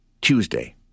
Tuesday